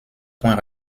points